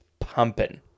pumping